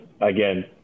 again